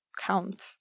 count